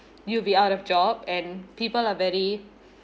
you'll be out of job and people are very